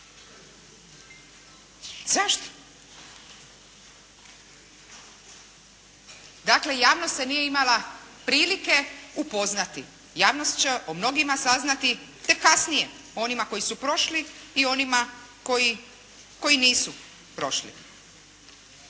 Zašto? Dakle, javnost se nije imala prilike upoznati, javnost će o mnogima saznati tek kasnije o onima koji su prošli i onima koji nisu prošli.